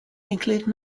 include